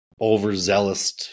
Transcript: overzealous